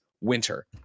winter